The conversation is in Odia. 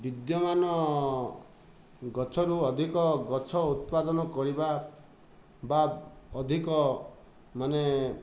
ବିଦ୍ୟମାନ ଗଛରୁ ଅଧିକ ଗଛ ଉତ୍ପାଦନ କରିବା ବା ଅଧିକ ମାନେ